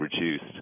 reduced